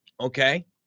Okay